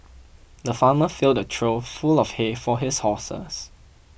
the farmer filled a trough full of hay for his horses